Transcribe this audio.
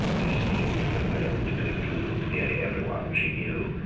which seemed for the moment to include nearly every one she knew.